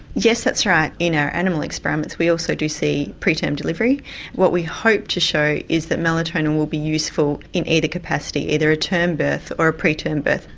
yes, that's right. in our animal experiments we also do see pre-term delivery what we hope to show is that melatonin will be useful in either capacity either a term birth or a pre-term birth.